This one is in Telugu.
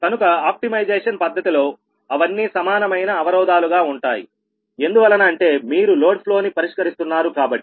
కనుక ఆప్టిమైజేషన్ పద్ధతిలో అవన్నీ సమానమైన అవరోధాలుగా ఉంటాయి ఎందువలన అంటే మీరు లోడ్ ఫ్లో ని పరిష్కరిస్తున్నారు కాబట్టి